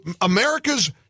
America's